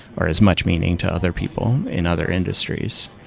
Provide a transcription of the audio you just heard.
or as much meaning to other people in other industries